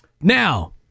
Now